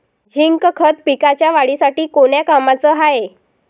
Zinc खत पिकाच्या वाढीसाठी कोन्या कामाचं हाये?